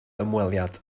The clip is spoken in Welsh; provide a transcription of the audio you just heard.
ymweliad